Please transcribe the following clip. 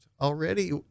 already